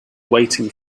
waiting